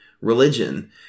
religion